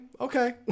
okay